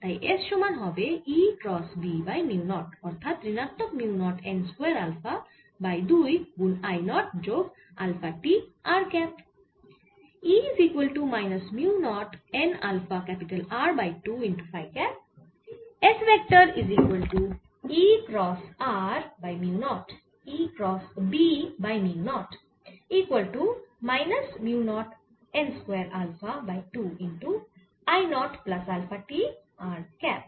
তাই S সমান হবে E cross B by mu naught অর্থাৎ ঋণাত্মক mu naught n square alpha by 2 গুন I নট যোগ আলফা t r ক্যাপ